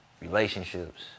relationships